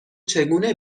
چگونه